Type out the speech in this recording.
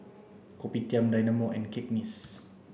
Kopitiam Dynamo and Cakenis